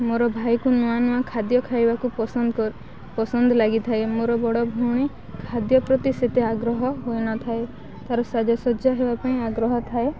ମୋର ଭାଇକୁ ନୂଆ ନୂଆ ଖାଦ୍ୟ ଖାଇବାକୁ ପସନ୍ଦ କରି ପସନ୍ଦ ଲାଗିଥାଏ ମୋର ବଡ଼ ଭଉଣୀ ଖାଦ୍ୟ ପ୍ରତି ସେତେ ଆଗ୍ରହ ହୋଇନଥାଏ ତା'ର ସାଜସଜ୍ଜା ହେବା ପାଇଁ ଆଗ୍ରହ ଥାଏ